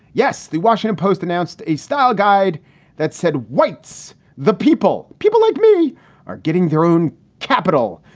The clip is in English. yes, the washington post announced a style guide that said whites, the people, people like me are getting their own capital.